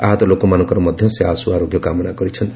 ଆହତ ଲୋକମାନଙ୍କର ମଧ୍ୟ ସେ ଆଶୁ ଆରୋଗ୍ୟ କାମନା କରିଛନ୍ତି